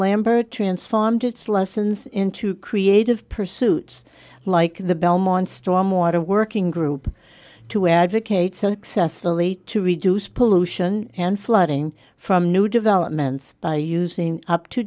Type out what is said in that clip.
lambert transformed its lessons into creative pursuits like the belmont stormwater working group to advocate successfully to reduce pollution and flooding from new developments by using up to